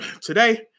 today